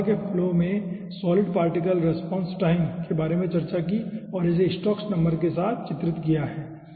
हमने हवा के फ्लो में सॉलिड पार्टिकल रेस्पोंस टाइम के बारे में चर्चा की है और इसे स्टोक्स नंबर के साथ चित्रित किया है